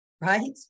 right